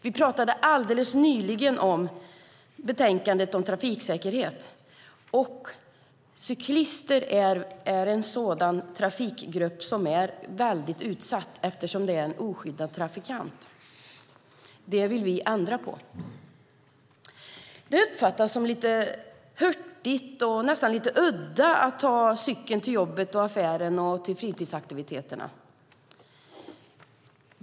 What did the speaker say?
Vi behandlade nyss betänkandet om trafiksäkerhet, och cyklister är en trafikgrupp som är väldigt utsatt eftersom de är oskyddade trafikanter. Det vill vi ändra på. Det uppfattas som lite hurtigt och nästan lite udda att ta cykeln till jobbet, affären och fritidsaktiviteterna.